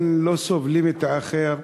לא סובלים את האחר,